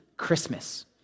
christmas